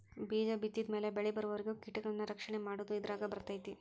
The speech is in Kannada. ಬೇಜ ಬಿತ್ತಿದ ಮ್ಯಾಲ ಬೆಳಿಬರುವರಿಗೂ ಕೇಟಗಳನ್ನಾ ರಕ್ಷಣೆ ಮಾಡುದು ಇದರಾಗ ಬರ್ತೈತಿ